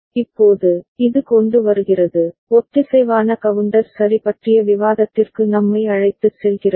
இப்போது இது கொண்டு வருகிறது ஒத்திசைவான கவுண்டர் சரி பற்றிய விவாதத்திற்கு நம்மை அழைத்துச் செல்கிறது